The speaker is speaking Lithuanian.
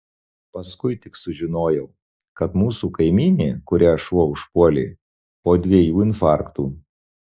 paskui tik sužinojau kad mūsų kaimynė kurią šuo užpuolė po dviejų infarktų